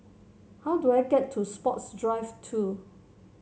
how do I get to Sports Drive Two